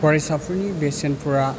फरायसाफोरनि बेसेनफोरा